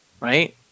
Right